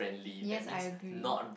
yes I agree